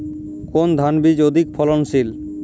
কোন ধান বীজ অধিক ফলনশীল?